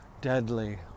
deadly